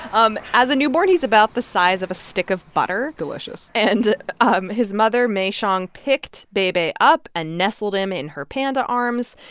um as a newborn, he's about the size of a stick of butter delicious and um his mother, mei xiang, picked bei bei up and nestled him in her panda arms.